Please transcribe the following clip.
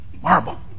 Marble